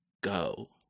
go